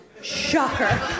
Shocker